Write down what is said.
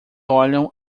olham